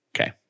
okay